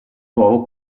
nuovo